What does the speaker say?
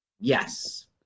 Yes